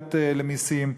מהעלות למסים,